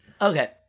Okay